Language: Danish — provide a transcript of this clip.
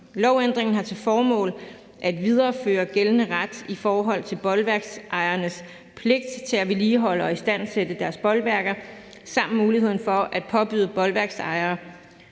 Lovændringen har til formål at videreføre gældende ret i forhold til bolværksejernes pligt til at vedligeholde og istandsætte deres bolværker samt muligheden for at påbyde bolværksejere